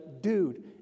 dude